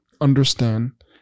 understand